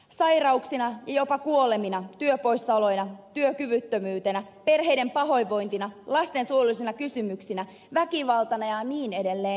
sairauksina ja jopa kuolemina työpoissaoloina työkyvyttömyytenä perheiden pahoinvointina lastensuojelullisina kysymyksinä väkivaltana ja niin edelleen